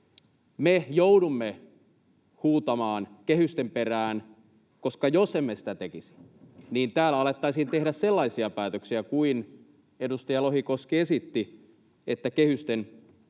Me joudumme huutamaan kehysten perään, koska jos emme sitä tekisi, niin täällä alettaisiin tehdä sellaisia päätöksiä kuin edustaja Lohikoski esitti: kehysten tulisi